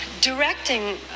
directing